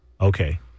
Okay